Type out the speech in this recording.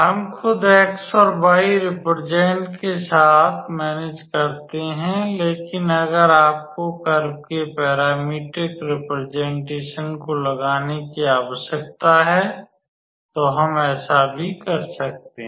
हम खुद x और y रेप्रेजेंटेस्न के साथ मेनेज करते हैं लेकिन अगर आपको कर्व के पैरामीट्रिक रेप्रेजेंटेस्न को लगाने की आवश्यकता है तो हम ऐसा भी कर सकते हैं